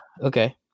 okay